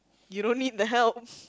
you don't need the help